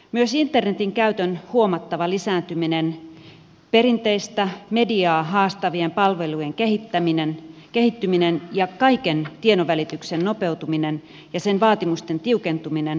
myös internetin käytön huomattava lisääntyminen perinteistä mediaa haastavien palvelujen kehittyminen ja kaiken tiedonvälityksen nopeutuminen ja sen vaatimusten tiukentuminen haastavat alaa